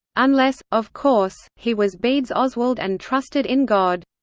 unless, of course, he was bede's oswald and trusted in god.